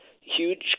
huge